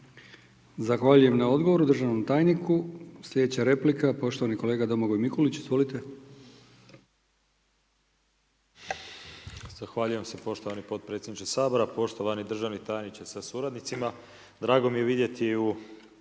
Zahvaljujem na odgovoru državnom tajniku. Sljedeća replika poštovani kolega Domagoj Mikulić, izvolite. **Mikulić, Domagoj (HDZ)** Zahvaljujem se poštovani potpredsjedniče Sabora. Poštovani državni tajniče sa suradnicima. Drago mi je vidjeti kako